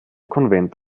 konvent